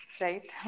right